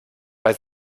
bei